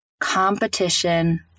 competition